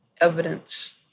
evidence